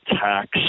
tax